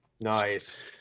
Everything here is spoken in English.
Nice